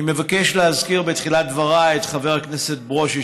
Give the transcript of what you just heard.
אני מבקש להזכיר בתחילת דבריי את חבר הכנסת ברושי,